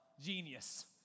genius